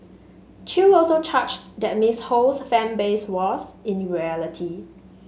chew also charged that Ms Ho's fan base was in reality